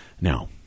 Now